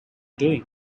doing